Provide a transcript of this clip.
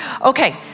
Okay